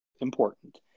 important